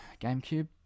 GameCube